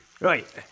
Right